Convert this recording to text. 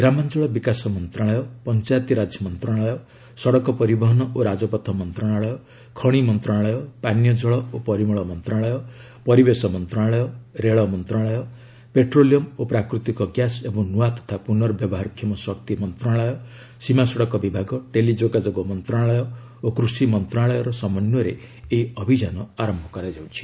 ଗ୍ରାମାଞ୍ଚଳ ବିକାଶ ମନ୍ତ୍ରଣାଳୟ ପଞ୍ଚାୟତିରାଜ ମନ୍ତ୍ରଣାଳୟ ସଡ଼କ ପରିବହନ ଓ ରାଜପଥ ମନ୍ତ୍ରଣାଳୟ ଖଣି ମନ୍ତ୍ରଣାଳୟ ପାନୀୟଜଳ ଓ ପରିମଳ ମନ୍ତ୍ରଣାଳୟ ପରିବେଶ ମନ୍ତ୍ରଣାଳୟ ରେଳ ମନ୍ତ୍ରଣାଳୟ ପେଟ୍ରୋଲିୟମ ଓ ପ୍ରାକୃତିକ ଗ୍ୟାସ୍ ଏବଂ ନୂଆ ତଥା ପୁର୍ନବ୍ୟବହାରକ୍ଷମ ଶକ୍ତି ମନ୍ତ୍ରଣାଳୟ ସୀମା ସଡ଼କ ବିଭାଗ ଟେଲିଯୋଗାଯୋଗ ମନ୍ତ୍ରଣାଳୟ ଓ କୃଷି ମନ୍ତ୍ରଣାଳୟର ସମନ୍ୱୟରେ ଏହି ଅଭିଯାନ ଆରମ୍ଭ କରାଯାଉଛି